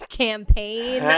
campaign